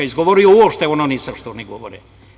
Izgovorio uopšte nisam ono što oni govore.